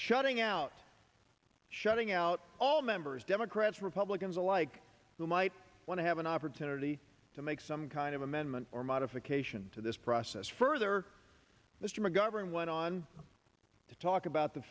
shutting out shutting out all members democrats republicans alike who might want to have an opportunity to make some kind of amendment or modification to this process further mr mcgovern went on to talk about the